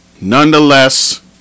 nonetheless